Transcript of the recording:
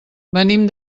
venim